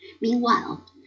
Meanwhile